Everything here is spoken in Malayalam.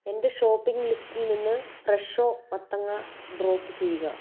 എന്റെ ഷോപ്പിംഗ് ലിസ്റ്റിൽ നിന്ന് ഫ്രെഷോ മത്തങ്ങ ഡ്രോപ്പ് ചെയ്യുക